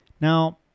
Now